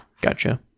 gotcha